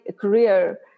career